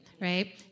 right